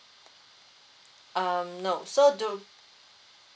um no so do